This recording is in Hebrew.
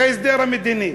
את ההסדר המדיני,